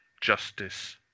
justice